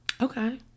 okay